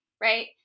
right